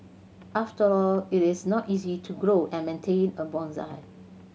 after all it is not easy to grow and maintain a bonsai